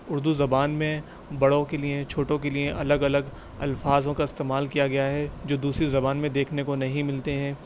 اردو زبان میں بڑوں کے لیے چھوٹوں کے لیے الگ الگ الفاظ کا استعمال کیا گیا ہے جو دوسری زبان میں دیکھنے کو نہیں ملتے ہیں